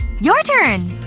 your turn!